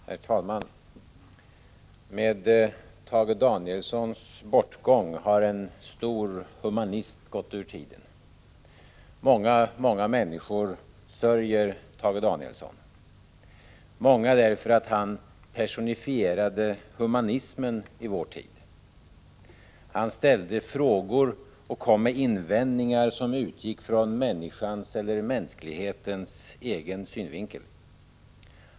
Herr talman! Med Tage Danielssons bortgång har en stor humanist gått ur tiden. Många, många människor sörjer Tage Danielsson, många därför att han personifierade humanismen i vår tid. Han ställde frågor och kom med invändningar, som utgick från människans eller mänsklighetens egen synvinkel.